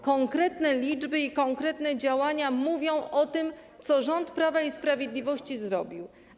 Konkretne liczby i konkretne działania mówią o tym, co rząd Prawa i Sprawiedliwości zrobił.